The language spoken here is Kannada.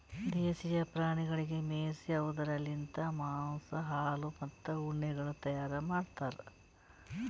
ದೇಶೀಯ ಪ್ರಾಣಿಗೊಳಿಗ್ ಮೇಯಿಸಿ ಅವ್ದುರ್ ಲಿಂತ್ ಮಾಂಸ, ಹಾಲು, ಮತ್ತ ಉಣ್ಣೆಗೊಳ್ ತೈಯಾರ್ ಮಾಡ್ತಾರ್